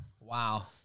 Wow